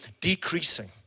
decreasing